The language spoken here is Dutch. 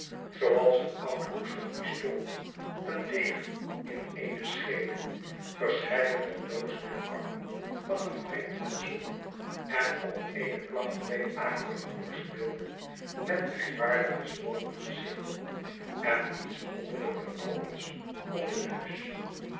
een oud roestig pistool een degen in eene scheede verscheidene doozen en pakken van een vreemd fatsoen en op eene plank twee akelige borstbeelden met merkwaardig gezwoliene gezichten en iets wonderiijk vertrokkens om den neus